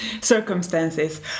circumstances